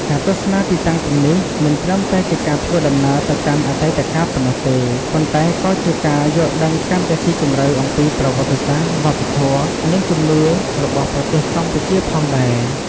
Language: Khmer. ការទស្សនាទីតាំងទាំងនេះ មិនត្រឹមតែជាការធ្វើដំណើរទៅកាន់អតីតកាលប៉ុណ្ណោះទេ ប៉ុន្តែក៏ជាការយល់ដឹងកាន់តែស៊ីជម្រៅអំពីប្រវត្តិសាស្ត្រ វប្បធម៌ និងជំនឿរបស់ប្រទេសកម្ពុជាផងដែរ។